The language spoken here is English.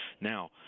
Now